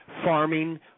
farming